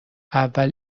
اول